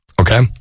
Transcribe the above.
Okay